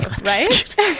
right